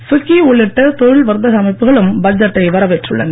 FICCI உள்ளிட்ட தொழில் வர்த்தக அமைப்புகளும் பட்ஜெட்டை வரவேற்றுள்ளன